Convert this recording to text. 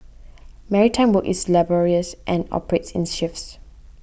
maritime work is laborious and operates in shifts